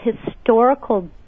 historical